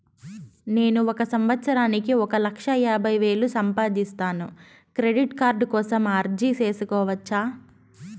నేను ఒక సంవత్సరానికి ఒక లక్ష యాభై వేలు సంపాదిస్తాను, క్రెడిట్ కార్డు కోసం అర్జీ సేసుకోవచ్చా?